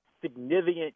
significant